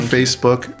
Facebook